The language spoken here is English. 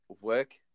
work